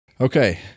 okay